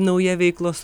nauja veiklos